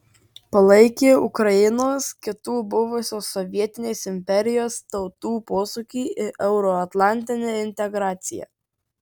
palaikė ukrainos kitų buvusios sovietinės imperijos tautų posūkį į euroatlantinę integraciją